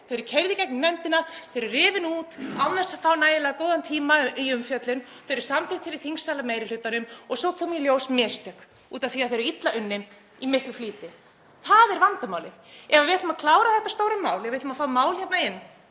Þau eru keyrð í gegnum nefndina, rifin út án þess að fá nægilega góðan tíma í umfjöllun, þau eru samþykkt hér í þingsal af meiri hlutanum og svo koma í ljós mistök út af því að þau eru illa unnin í miklum flýti. Það er vandamálið. Ef við ætlum að klára þetta stóra mál og ætlum að fá mál hérna inn